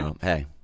Hey